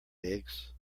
eggs